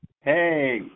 Hey